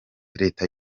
leta